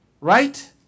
Right